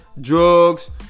drugs